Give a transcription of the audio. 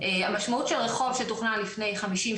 המשמעות של רחוב שתוכנן לפני 50,